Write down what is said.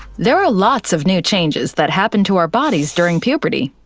there are lots of new changes that happen to our bodies during puberty.